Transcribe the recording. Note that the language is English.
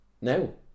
No